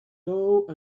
dough